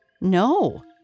No